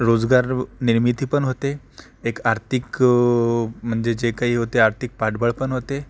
रोजगार निर्मितीपण होते एक आर्थिक म्हणजे जे काही होते आर्थिक पाठबळ पण होते